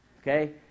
Okay